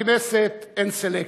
בכנסת אין סלקציה.